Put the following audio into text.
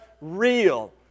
real